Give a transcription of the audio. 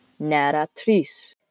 narratrice